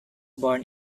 born